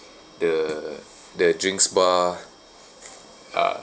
the the drinks bar are